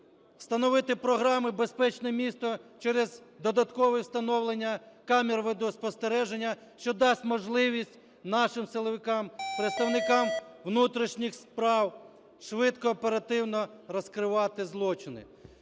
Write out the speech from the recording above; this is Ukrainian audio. встановити програми "Безпечне місто" через додаткове встановлення камер відеоспостереження, що дасть можливість нашим силовиками, представникам внутрішніх справ швидко, оперативно розкривати злочини.